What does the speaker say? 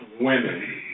women